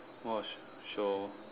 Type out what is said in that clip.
watch show